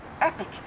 Epic